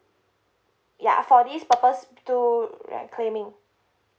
ya for this purpose to r~ claiming